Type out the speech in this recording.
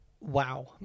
Wow